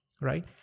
right